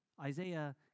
Isaiah